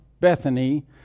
Bethany